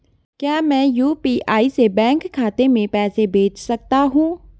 क्या मैं यु.पी.आई से बैंक खाते में पैसे भेज सकता हूँ?